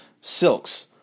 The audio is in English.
silks